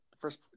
first